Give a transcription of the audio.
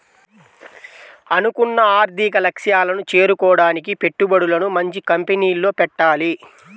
అనుకున్న ఆర్థిక లక్ష్యాలను చేరుకోడానికి పెట్టుబడులను మంచి కంపెనీల్లో పెట్టాలి